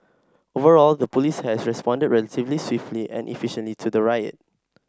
overall the police had responded relatively swiftly and efficiently to the riot